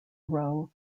row